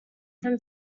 from